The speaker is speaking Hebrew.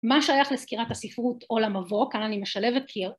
‫מה שייך לסקירת הספרות ‫או למבוא, כאן אני משלבת קיר